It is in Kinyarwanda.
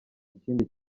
ikindi